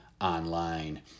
online